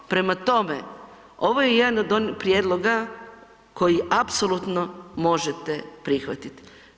Prema tome, ovo je jedan od prijedloga koji apsolutno možete prihvatit.